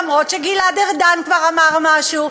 אפילו שגלעד ארדן כבר אמר משהו,